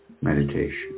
meditation